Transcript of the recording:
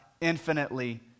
infinitely